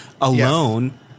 alone